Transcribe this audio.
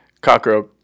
Cockroach